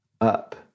Up